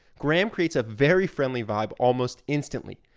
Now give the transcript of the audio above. graham creates a very friendly vibe almost instantly.